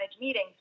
meetings